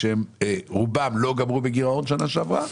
שרובן לא סיימו בגירעון בשנה שעברה,